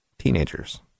teenagers